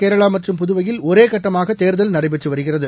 கேரளா மற்றும் புதுவையில் ஒரேகட்டமாக தேர்தல் நடைபெற்று வருகிறது